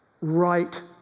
right